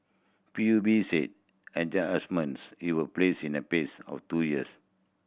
P U B said adjustments it will take place in the phase over two years